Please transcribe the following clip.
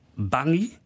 Bangi